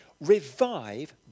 Revive